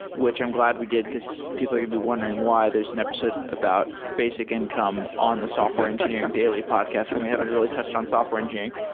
which i'm glad we did, because people are going to be wondering why there's an episode about basic income on the software engineering daily podcast and we haven't really touched on software engineering.